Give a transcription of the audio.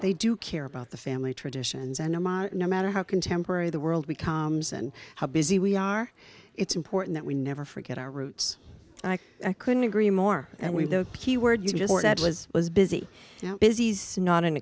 they do care about the family traditions and no matter how contemporary the world becomes and how busy we are it's important that we never forget our roots and i couldn't agree more and we've the key word you just said was was busy busy not an